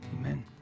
Amen